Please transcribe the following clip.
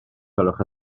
gwelwch